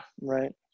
right